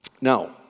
Now